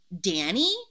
Danny